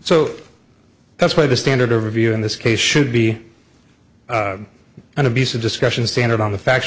so that's why the standard of review in this case should be an abuse of discretion standard on the factual